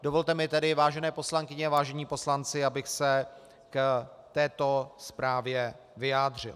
Dovolte mi tedy, vážené poslankyně, vážení poslanci, abych se k této zprávě vyjádřil.